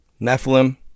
Nephilim